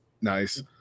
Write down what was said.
nice